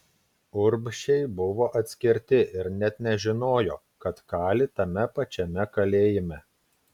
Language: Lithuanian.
urbšiai buvo atskirti ir net nežinojo kad kali tame pačiame kalėjime